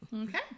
Okay